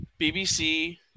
BBC